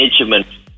management